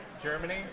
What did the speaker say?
Germany